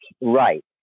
right